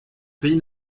pays